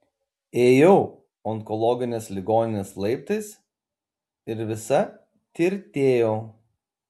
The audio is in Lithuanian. ėjau onkologinės ligoninės laiptais ir visa tirtėjau